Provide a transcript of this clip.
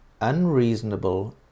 unreasonable